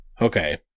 Okay